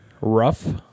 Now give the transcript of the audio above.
rough